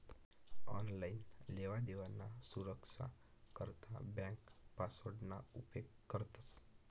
online लेवादेवाना सुरक्सा करता ब्यांक पासवर्डना उपेग करतंस